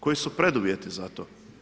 Koji su preduvjeti za to?